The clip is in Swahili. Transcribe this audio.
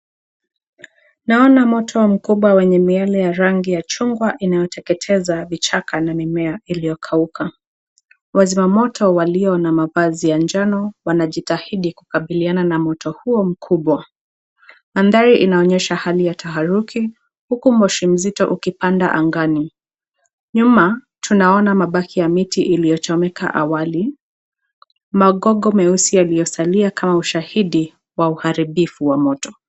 Naona moto mkubwa wenye miale ya rangi chungwa inayoteketeza vichaka na mimea iliyo kauka. Wazima moto walio na mavazi ya njano wanajitahidi kukabiliana moto huo kubwa. Mandhari inaonyesha hali ya taharuki huku moshi mzito ukipanda angani, nyuma tunaona mabaki ya miti iliyochomeka awali magogo meusi yaliyosalia kama ushahidi wa uharibifu wa moto.